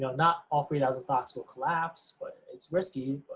not not all three thousand stocks will collapse, but it's risky,